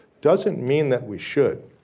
doesn't mean that we should.